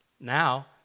Now